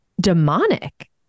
demonic